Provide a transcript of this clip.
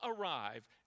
arrive